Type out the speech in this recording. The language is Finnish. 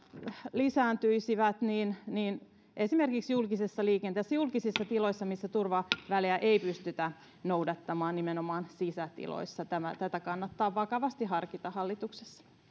lisääntyisivät esimerkiksi julkisessa liikenteessä ja julkisissa tiloissa missä turvavälejä ei pystytä noudattamaan nimenomaan sisätiloissa tätä kannattaa vakavasti harkita hallituksessa